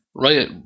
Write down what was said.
right